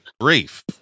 grief